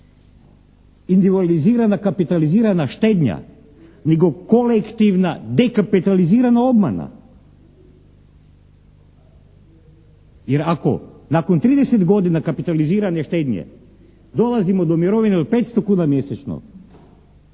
individualizirana, kapitalizirana štednja nego kolektivna dekapitalizirana obmana. Jer ako nakon 30 godina kapitalizirane štednje dolazimo do mirovine od 500 kuna mjesečno,